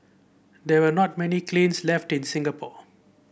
there are not many kilns left in Singapore